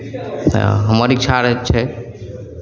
तऽ हमर इच्छा रहैत छै